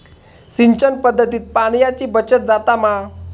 सिंचन पध्दतीत पाणयाची बचत जाता मा?